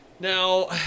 Now